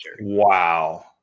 wow